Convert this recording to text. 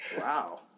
Wow